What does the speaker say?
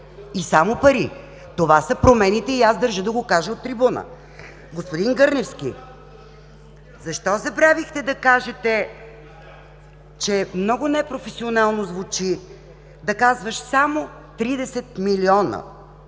за България”.) Това са промените и аз държа да го кажа от трибуната. Господин Гърневски, защо забравихте да кажете, че много непрофесионално звучи да казваш само „тридесет